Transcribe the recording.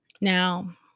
Now